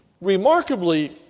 Remarkably